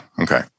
Okay